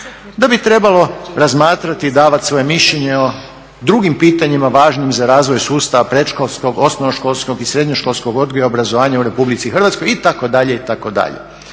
Da bi trebalo razmatrati i davati svoje mišljenje o drugim pitanjima važnim za razvoj sustava predškolskog, osnovnoškolskog i srednjoškolskog odgoja i obrazovanja u RH itd., itd.